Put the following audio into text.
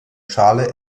schale